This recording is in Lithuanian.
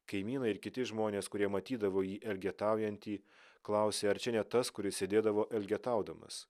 kaimynai ir kiti žmonės kurie matydavo jį elgetaujantį klausė ar čia ne tas kuris sėdėdavo elgetaudamas